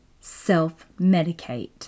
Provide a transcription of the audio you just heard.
self-medicate